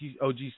OG